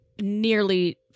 nearly